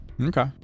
okay